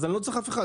אני לא צריך אף אחד,